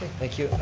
thank you.